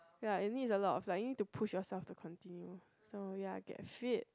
ya it needs a lot of like need to push yourself to continue so ya get fit